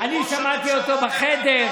אני שמעתי אותו בחדר.